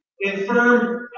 infirm